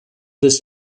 this